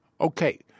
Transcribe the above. Okay